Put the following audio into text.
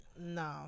No